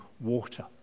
water